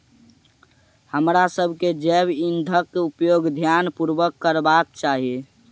हमरासभ के जैव ईंधनक उपयोग ध्यान पूर्वक करबाक चाही